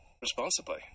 responsibly